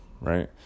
right